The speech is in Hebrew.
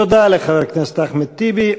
תודה לחבר הכנסת אחמד טיבי.